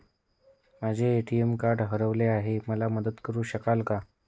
माझे ATM card हरवले आहे, मला मदत करु शकाल का?